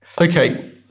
Okay